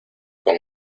con